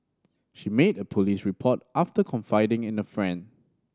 she made a police report after confiding in a friend